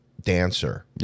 dancer